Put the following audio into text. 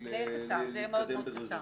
להתקדם בזריזות.